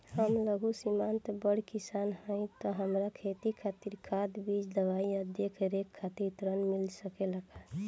हम लघु सिमांत बड़ किसान हईं त हमरा खेती खातिर खाद बीज दवाई आ देखरेख खातिर ऋण मिल सकेला का?